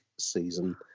Season